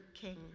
king